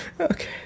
Okay